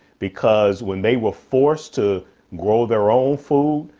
because when they were forced to grow their own food,